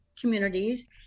communities